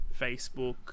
Facebook